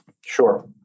Sure